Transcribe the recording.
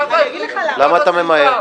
למה אתה ממהר?